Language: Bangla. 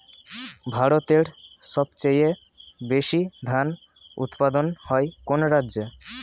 ভারতের সবচেয়ে বেশী ধান উৎপাদন হয় কোন রাজ্যে?